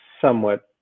somewhat